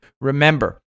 Remember